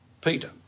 Peter